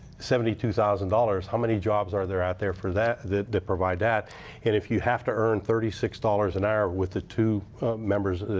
seventy two thousand dollars, how many jobs are there out there for that that provide that, and if you have to earn thirty six dollars an hour with the two members,